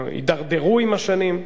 התדרדרו עם השנים.